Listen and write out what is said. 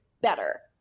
better